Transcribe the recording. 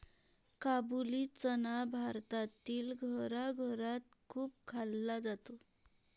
काबुली चना भारतातील घराघरात खूप खाल्ला जातो